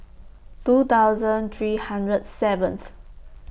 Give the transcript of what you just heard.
two thousand three hundred seventh